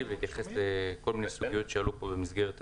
ולהתייחס לכל מיני סוגיות שעלו פה במסגרת הדיון.